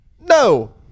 No